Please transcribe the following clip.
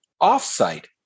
off-site